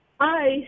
Hi